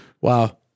Wow